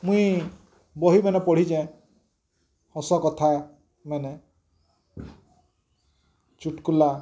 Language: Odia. ମୁଇଁ ବହି ମାନେ ପଢ଼ିଛେଁ ହସ କଥା ମାନେ ଚୁଟ୍କୁଲା